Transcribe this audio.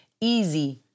easy